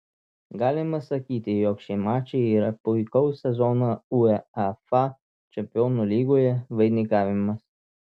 galima sakyti jog šie mačai yra puikaus sezono uefa čempionų lygoje vainikavimas